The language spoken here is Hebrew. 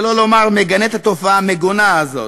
שלא לומר מגנה את התופעה המגונה הזאת.